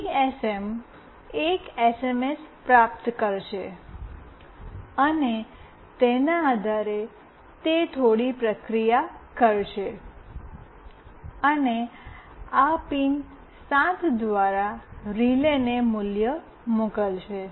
GSM એક SMS પ્રાપ્ત કરશે અને તેના આધારે તે થોડી પ્રક્રિયા કરશે અને આ પિન 7 દ્વારા રિલેને મૂલ્ય મોકલશે